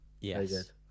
Yes